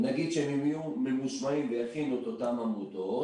ונגיד שאם הם יהיו ממושמעים ויכינו את אותן עמודות,